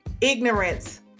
ignorance